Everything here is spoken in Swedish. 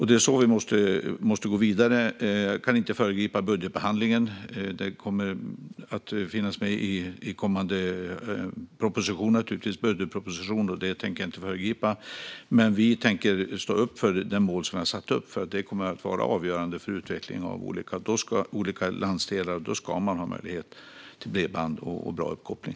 Det är så vi måste gå vidare. Jag kan inte föregripa budgetbehandlingen. Detta kommer att finnas med i den kommande budgetpropositionen, men jag tänker inte föregripa den. Vi tänker stå upp för de uppsatta målen. Detta kommer att vara avgörande för utvecklingen av olika landsdelar. Man ska ha möjlighet till bredband och bra uppkoppling.